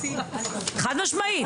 חד-משמעית,